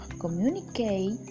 communicate